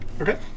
Okay